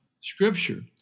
scripture